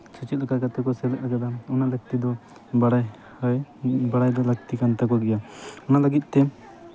ᱥᱮ ᱪᱮᱫ ᱞᱮᱠᱟ ᱠᱟᱛᱮ ᱠᱚ ᱥᱮᱞᱮᱫ ᱠᱟᱱᱟ ᱚᱱᱟ ᱞᱟᱹᱠᱛᱤ ᱫᱚ ᱵᱟᱲᱟᱭ ᱟᱭ ᱵᱟᱲᱟᱭ ᱫᱚ ᱞᱟᱹᱠᱛᱤ ᱠᱟᱱ ᱛᱟᱠᱚ ᱜᱮᱭᱟ ᱱᱚᱣᱟ ᱞᱟᱹᱜᱤᱫ ᱛᱮ